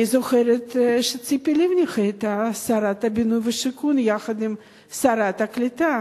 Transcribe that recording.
אני זוכרת שציפי לבני היתה שרת הבינוי והשיכון ושרת הקליטה,